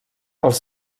els